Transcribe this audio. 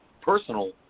personal